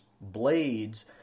blades